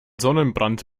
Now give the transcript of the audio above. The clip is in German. sonnenbrand